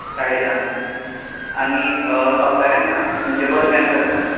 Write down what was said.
साडे धांक अ आनी सोंपता केन्ना म्हणजे बंद केन्ना करतात